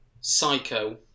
Psycho